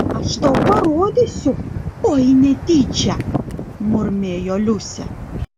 aš tau parodysiu oi netyčia murmėjo liusė